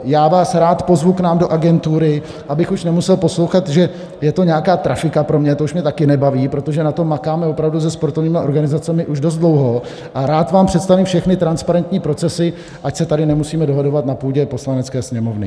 Já vás rád pozvu k nám do agentury, abych už nemusel poslouchat, že je to nějaká trafika pro mě, to už mě taky nebaví, protože na tom makáme opravdu se sportovními organizacemi už dost dlouho, a rád vám představím všechny transparentní procesy, ať se tady nemusíme dohadovat na půdě Poslanecké sněmovny.